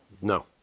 no